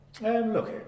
Look